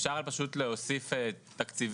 כי אפשר פשוט להוסיף תקציבים,